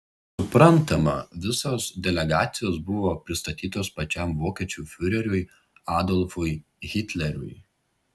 suprantama visos delegacijos buvo pristatytos pačiam vokiečių fiureriui adolfui hitleriui